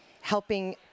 helping